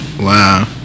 Wow